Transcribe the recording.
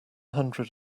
hundred